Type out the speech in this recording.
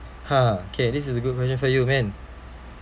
ha okay this is a good question for you man